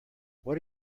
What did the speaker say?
what